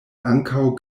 ankaŭ